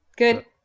good